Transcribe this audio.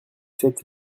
sept